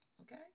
Okay